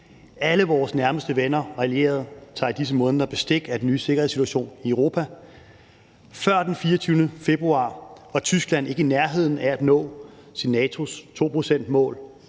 Alle vores nærmeste venner og allierede tager i disse måneder bestik af den nye sikkerhedssituation i Europa. Før den 24. februar var Tyskland ikke i nærheden af at nå NATO's